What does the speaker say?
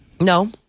no